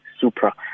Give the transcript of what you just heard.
Supra